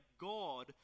God